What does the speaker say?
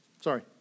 Sorry